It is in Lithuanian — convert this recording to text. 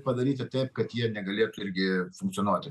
padaryti taip kad jie negalėtų irgi funkcionuoti